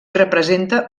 representa